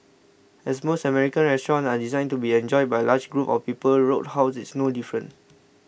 as most American restaurants are designed to be enjoyed by large groups of people Roadhouse is no different